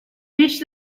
reached